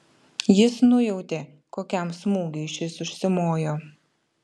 jis nujautė kokiam smūgiui šis užsimojo